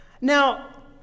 Now